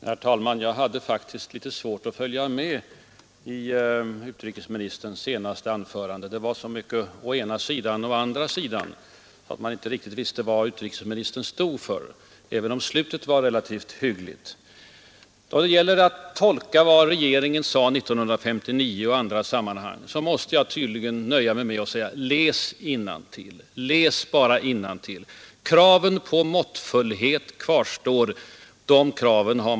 Herr talman! Jag hade faktiskt svårt att följa med i utrikesministerns senaste anförande. Det var så mycket ”å ena sidan” och ”å andra sidan” att jag inte riktigt fick klart för mig var utrikesministern egentligen står, även om slutet var relativt hyggligt. Då det gäller att tolka regeringens deklaration 1959 måste jag tydligen nöja mig med uppmaningen: Läs innantill! Kraven på ”måttfullhet” kan regeringen inte komma ifrån.